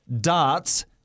darts